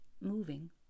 moving